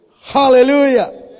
Hallelujah